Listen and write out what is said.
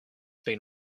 been